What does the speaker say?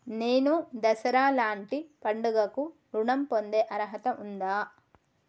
నేను దసరా లాంటి పండుగ కు ఋణం పొందే అర్హత ఉందా?